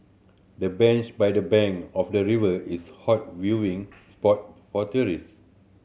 the bench by the bank of the river is hot viewing spot for tourists